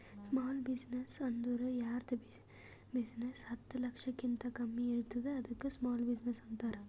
small business ಅಂದುರ್ ಯಾರ್ದ್ business ಹತ್ತ ಲಕ್ಷಕಿಂತಾ ಕಮ್ಮಿ ಇರ್ತುದ್ ಅದ್ದುಕ ಸ್ಮಾಲ್ ಬಿಜಿನೆಸ್ ಅಂತಾರ